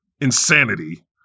insanity